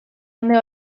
handi